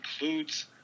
includes